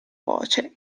voce